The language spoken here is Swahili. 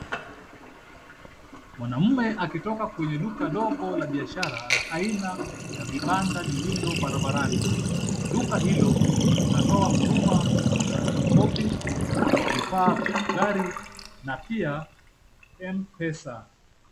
Mwanamume akitoka kwenye duka ndogo la biashara la aina ya vibanda lililo barabarani. Duka hilo linatoa huduma za photocopy , vifaa vya magari na pia M-pesa.